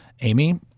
Amy